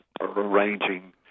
arranging